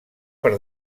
per